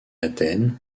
athènes